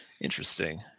Interesting